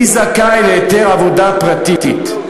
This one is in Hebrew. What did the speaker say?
מי זכאי להיתר עבודה פרטית,